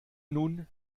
nun